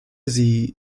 sie